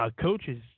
coaches